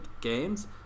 games